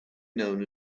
known